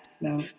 No